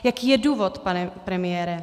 Jaký je důvod, pane premiére?